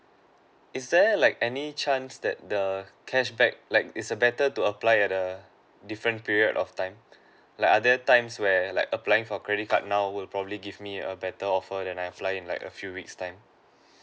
is there like any chance that the cashback like it's a better to apply at a different period of time like other times where like applying for credit card now will probably give me a better offer than I applying like a few weeks time